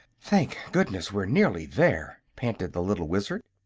thank goodness we're nearly there! panted the little wizard.